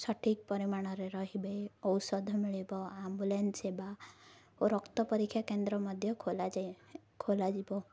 ସଠିକ୍ ପରିମାଣରେ ରହିବେ ଔଷଧ ମିଳିବ ଆମ୍ବୁଲାନ୍ସ ସେବା ଓ ରକ୍ତ ପରୀକ୍ଷା କେନ୍ଦ୍ର ମଧ୍ୟ ଖୋଲାଯାଏ ଖୋଲାଯିବ